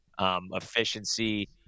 Efficiency